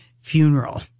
funeral